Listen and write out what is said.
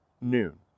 noon